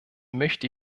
möchte